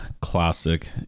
classic